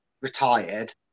retired